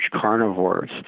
carnivores